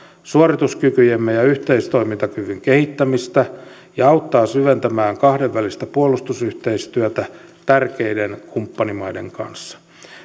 suorituskykyjemme ja yhteistoimintakyvyn kehittämistä ja auttaa syventämään kahdenvälistä puolustusyhteistyötä tärkeiden kumppanimaiden kanssa